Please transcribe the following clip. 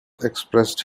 expressed